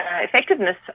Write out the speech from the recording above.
effectiveness